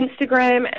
Instagram